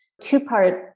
two-part